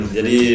Jadi